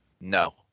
no